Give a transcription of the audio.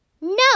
No